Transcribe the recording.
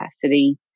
capacity